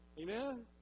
Amen